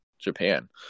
Japan